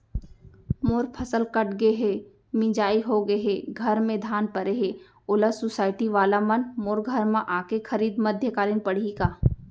मोर फसल कट गे हे, मिंजाई हो गे हे, घर में धान परे हे, ओला सुसायटी वाला मन मोर घर म आके खरीद मध्यकालीन पड़ही का?